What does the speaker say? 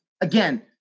Again